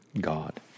God